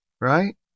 right